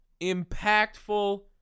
impactful